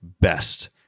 best